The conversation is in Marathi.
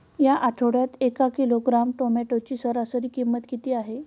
या आठवड्यात एक किलोग्रॅम टोमॅटोची सरासरी किंमत किती आहे?